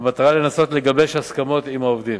במטרה לנסות לגבש הסכמות עם העובדים.